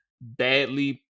badly